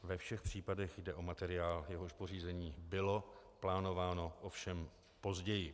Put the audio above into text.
Ve všech případech jde o materiál, jehož pořízení bylo plánováno, ovšem později.